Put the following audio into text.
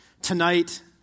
Tonight